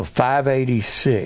586